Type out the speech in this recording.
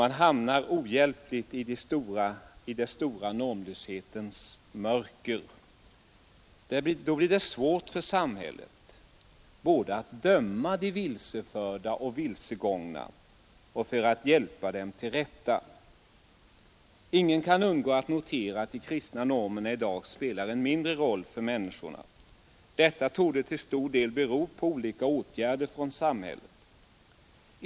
Man hamnar ohjälpligt i normlöshetens stora mörker. Då blir det svårt för samhället både att döma de vilseförda och vilsekomna och att hjälpa dem till rätta. Ingen kan undgå att notera att de kristna normerna i dag spelar en mindre roll för människorna. Detta torde till en stor del bero på olika åtgärder från samhället.